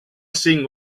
cinc